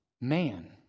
man